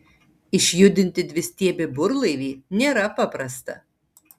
išjudinti dvistiebį burlaivį nėra paprasta